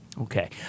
okay